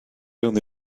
only